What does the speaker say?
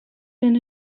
then